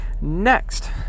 Next